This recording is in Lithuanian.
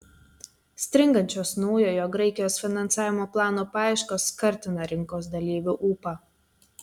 stringančios naujojo graikijos finansavimo plano paieškos kartina rinkos dalyvių ūpą